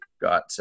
got